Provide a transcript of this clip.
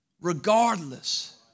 regardless